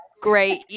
great